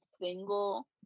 single